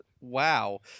Wow